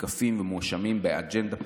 מותקפים ומואשמים באג'נדה פוליטית,